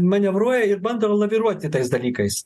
manevruoja ir bando laviruoti tais dalykais